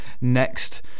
next